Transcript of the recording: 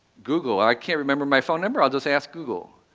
google. i can't remember my phone number, i'll just ask google.